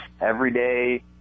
everyday